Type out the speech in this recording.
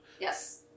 Yes